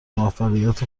موفقیت